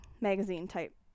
magazine-type